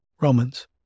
Romans